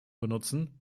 benutzen